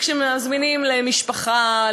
כשמזמינים למשפחה,